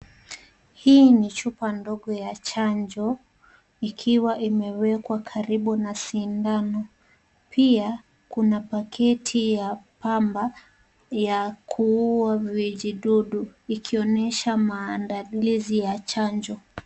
Hii ni chupa ndogo ya chanjo ikiwa imewekwa karibu na sindano. Pia kuna paketi ya pamba ya kuuwa vijidudu ikionyesha maandalizi ya chanjo.